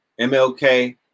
MLK